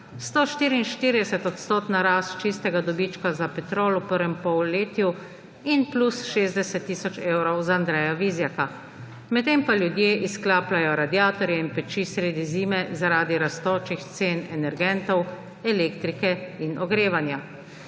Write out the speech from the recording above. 144-odstotna rast čistega dobička za Petrol v prvem polletju in plus 60 tisoč evrov za Andreja Vizjaka. Medtem pa ljudje izklapljajo radiatorje in peči sredi zime zaradi rastočih cen energentov, elektrike in ogrevanja.